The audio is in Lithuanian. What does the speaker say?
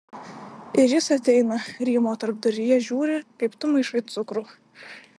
ir jis ateina rymo tarpduryje žiūri kaip tu maišai cukrų